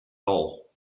all